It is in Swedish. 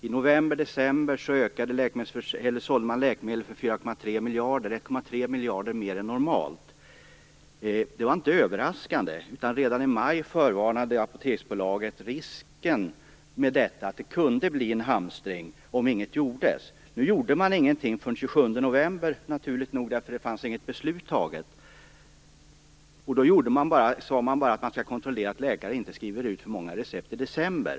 I november och december sålde man läkemedel för 4,3 miljarder. Det är 1,3 miljarder mer än normalt. Det var inte överraskande. Redan i maj förvarnade Apoteksbolaget för risken med detta och att det kunde bli en hamstring om inget gjordes. Nu gjordes ingenting förrän den 27 november naturligt nog, eftersom beslutet inte var fattat. Då sade man bara att man skulle kontrollera att läkare inte skrev ut för många recept i december.